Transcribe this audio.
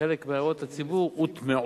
וחלק מהערות הציבור הוטמעו